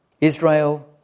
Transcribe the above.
Israel